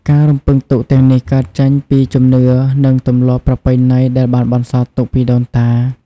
ការរំពឹងទុកទាំងនេះកើតចេញពីជំនឿ និងទម្លាប់ប្រពៃណីដែលបានបន្សល់ទុកពីដូនតា។